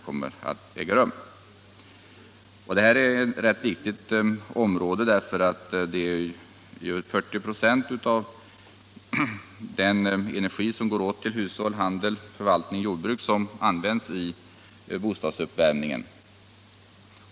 Detta är ett viktigt område, eftersom 40 26 av den energi som går åt till hushåll, handel, förvaltning och jordbruk används för bostadsuppvärmning.